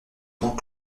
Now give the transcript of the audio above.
grand